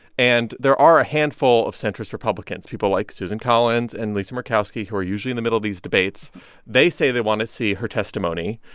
and there are a handful of centrist republicans, people like susan collins and lisa murkowski, who are usually in the middle of these debates they say they want to see her testimony.